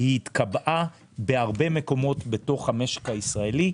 היא התקבעה בהרבה מקומות במשק הישראלי.